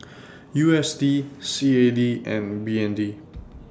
U S D C A D and B N D